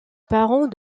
parents